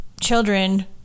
children